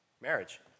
Marriage